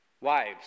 Wives